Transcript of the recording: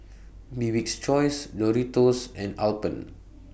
Bibik's Choice Doritos and Alpen